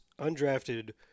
undrafted